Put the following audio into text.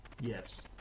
Yes